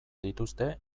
dituzte